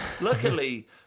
Luckily